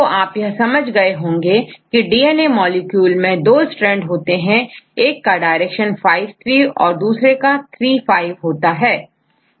तो आप यह समझ गए होंगे की डीएनए मॉलिक्यूल में दो स्ट्रैंड होते हैं एक का डायरेक्शन5' to3'और दूसरे का3'to5' होता है